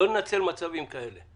אם יש